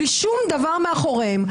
בלי שום דבר מאחוריהן.